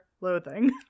loathing